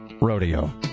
Rodeo